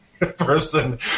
person